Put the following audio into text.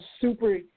super